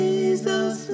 Jesus